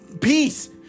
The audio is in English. Peace